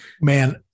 man